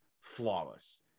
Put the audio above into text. flawless